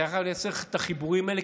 אתה חייב לייצר את החיבורים האלה,